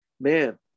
Man